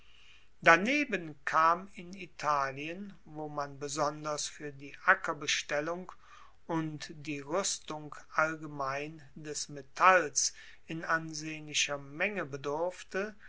daneben kam in italien wo man besonders fuer die ackerbestellung und die ruestung allgemein des metalls in ansehnlicher menge bedurfte